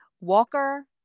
Walker